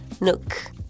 nook